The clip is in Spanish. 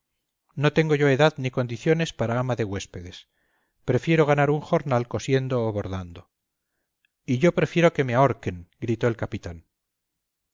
no tengo yo edad ni condiciones para ama de huéspedes prefiero ganar un jornal cosiendo o bordando y yo prefiero que me ahorquen gritó el capitán